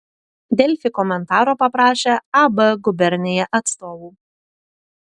delfi komentaro paprašė ab gubernija atstovų